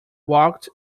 walked